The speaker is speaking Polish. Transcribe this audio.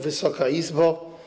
Wysoka Izbo!